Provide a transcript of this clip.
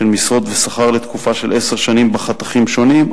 משרות ושכר לתקופה של עשר שנים בחתכים שונים.